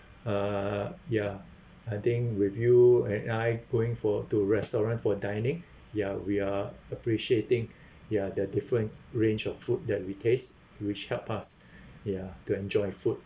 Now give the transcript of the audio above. uh ya I think with you and I going for to restaurant for dining ya we are appreciating ya the different range of food that we taste which help us ya to enjoy food